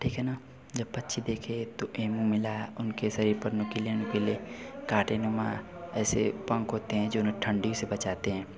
ठीक है ना जब पक्षी देखे तो एमो मिला उनके शरीर पर नुकीले नुकीले काँटेनुमा ऐसे पंख होते हैं जो उन्हें ठंडी से बचाते हैं